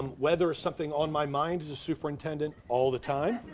weather is something on my mind as a superintendent all the time,